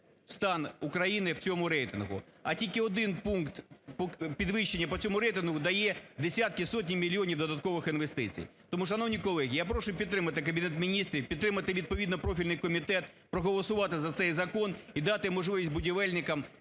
стан України в цьому рейтингу. А тільки один пункт підвищення по цьому рейтингу дає десятки, сотні мільйонів додаткових інвестицій. Тому, шановні колеги, я прошу підтримати Кабінету Міністрів, підтримати відповідно профільний комітет, проголосувати за цей закон – і дати можливість будівельникам